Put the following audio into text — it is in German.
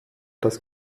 das